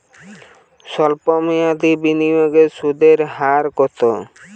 সল্প মেয়াদি বিনিয়োগে সুদের হার কত?